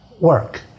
work